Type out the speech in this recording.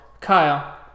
Kyle